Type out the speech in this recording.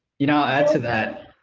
you know add to that,